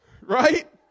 Right